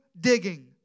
digging